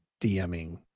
DMing